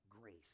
Grace